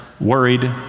worried